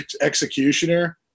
Executioner